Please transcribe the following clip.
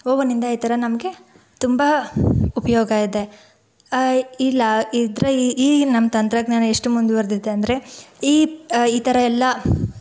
ಓವನ್ನಿಂದ ಈ ಥರ ನಮಗೆ ತುಂಬ ಉಪಯೋಗ ಇದೆ ಇಲ್ಲ ಇದ್ದರೆ ಈ ನಮ್ಮ ತಂತ್ರಜ್ಞಾನ ಎಷ್ಟು ಮುಂದುವರೆದಿದೆ ಅಂದರೆ